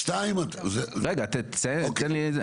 רגע תן לי לסיים.